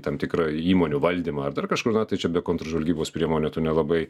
tam tikrą įmonių valdymą ar dar kažkur na tai čia be kontržvalgybos priemonių tu nelabai